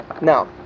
now